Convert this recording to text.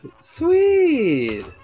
sweet